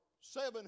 seven